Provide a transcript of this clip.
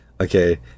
Okay